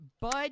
Bud